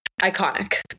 iconic